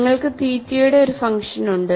നിങ്ങൾക്ക് തീറ്റയുടെ ഒരു ഫങ്ഷൻ ഉണ്ട്